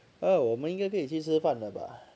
oh 我们应该可以去吃饭了吧